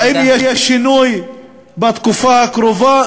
האם יש שינוי בתקופה הקרובה?